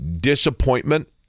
disappointment